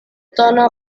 tanaka